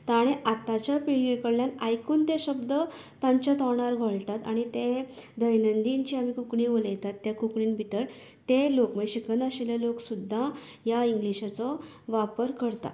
ताणे आतांच्या पिळगे कडल्यान आयकून तें शब्द तांच्या तोंडार घोळटात आनी तें दैनदीन जी आमी कोंकणी उलयतात तें कोंकणींत भितर ते लोक शिकनाशिल्ले लोक सुद्दां ह्या इंग्लीशाचों वापर करता